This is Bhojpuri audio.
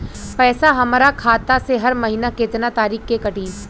पैसा हमरा खाता से हर महीना केतना तारीक के कटी?